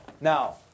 Now